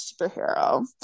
superhero